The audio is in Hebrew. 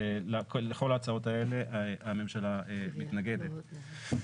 לכל ההצעות האלה הממשלה מתנגדת.